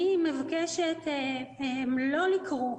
התכנית פיתוח